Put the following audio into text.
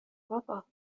بابا